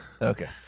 Okay